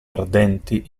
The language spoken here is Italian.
ardenti